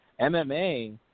MMA